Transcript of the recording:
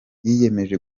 yiyemeje